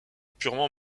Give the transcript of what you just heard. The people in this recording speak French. purement